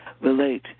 Relate